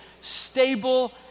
stable